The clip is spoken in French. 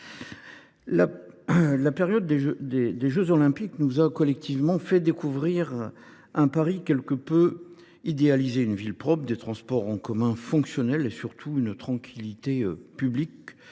la période des jeux Olympiques nous a fait découvrir un Paris quelque peu idéalisé : une ville propre, des transports en commun fonctionnels, et surtout une tranquillité publique